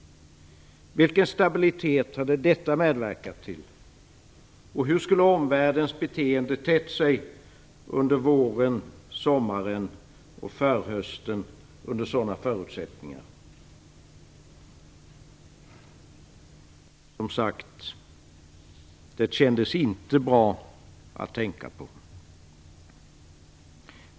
Vilken stabilitet hade detta medverkat till? Hur skulle omvärldens beteende tett sig under våren, sommaren och förhösten under sådana förutsättningar? Som sagt, det kändes inte bra att tänka på.